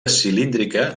cilíndrica